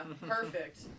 perfect